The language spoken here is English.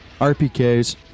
RPKs